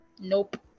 Nope